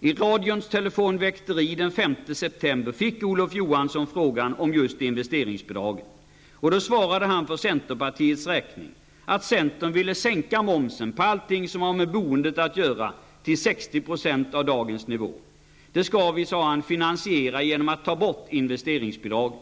I radions telefonväkteri den 5 september fick Olof Johansson frågan om just investeringsbidraget. Han svarade för centerpartiets räkning att centern vill sänka momsen på allting som har med boendet att göra till 60 % av dagens nivå. Det skall vi, sade han, finansiera genom att ta bort investeringsbidraget.